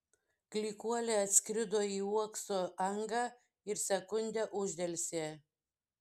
klykuolė atskrido į uokso angą ir sekundę uždelsė